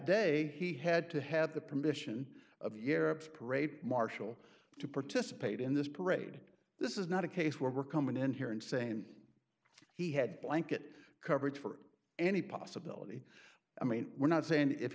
day he had to have the permission of the arabs parade marshal to participate in this parade this is not a case where we're coming in here and saying he had blanket coverage for any possibility i mean we're not saying if he